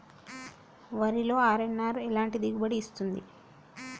వరిలో అర్.ఎన్.ఆర్ ఎలాంటి దిగుబడి ఇస్తుంది?